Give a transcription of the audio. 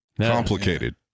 Complicated